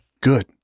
Good